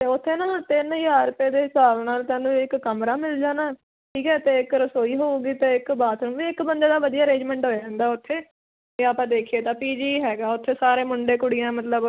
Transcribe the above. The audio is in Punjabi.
ਅਤੇ ਉੱਥੇ ਨਾ ਤਿੰਨ ਹਜ਼ਾਰ ਰੁਪਏ ਦੇ ਹਿਸਾਬ ਨਾਲ ਤੈਨੂੰ ਇੱਕ ਕਮਰਾ ਮਿਲ ਜਾਣਾ ਠੀਕ ਹੈ ਅਤੇ ਇੱਕ ਰਸੋਈ ਹੋਵੇਗੀ ਅਤੇ ਇੱਕ ਬਾਥਰੂਮ ਵੀ ਇੱਕ ਬੰਦੇ ਦਾ ਵਧੀਆ ਅਰੇਂਜਮੈਂਟ ਹੋ ਜਾਂਦਾ ਉੱਥੇ ਜੇ ਆਪਾਂ ਦੇਖੀਏ ਤਾਂ ਪੀ ਜੀ ਹੈਗਾ ਉੱਥੇ ਸਾਰੇ ਮੁੰਡੇ ਕੁੜੀਆਂ ਮਤਲਬ